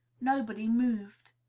nobody moved.